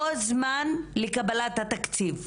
או זמן לקבלת התקציב?